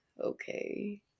okay